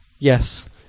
Yes